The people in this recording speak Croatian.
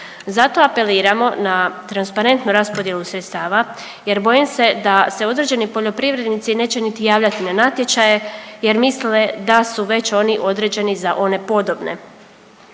Zato apeliramo na transparentnu raspodjelu sredstava jer bojim se da se određeni poljoprivrednici neće niti javljati na natječaje jer misle da su već oni određeni za one podobne.